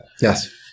Yes